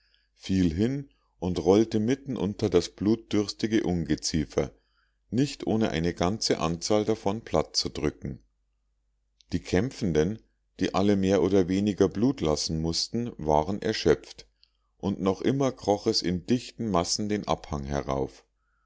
fiel hin und rollte mitten unter das blutdürstige ungeziefer nicht ohne eine ganze anzahl davon plattzudrücken die kämpfenden die alle mehr oder weniger blut lassen mußten waren erschöpft und noch immer kroch es in dichten massen den abhang herauf